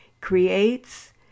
creates